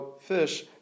fish